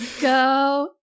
Go